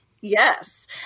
Yes